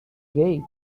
gate